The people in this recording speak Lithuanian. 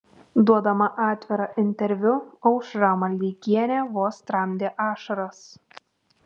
duodama atvirą interviu aušra maldeikienė vos tramdė ašaras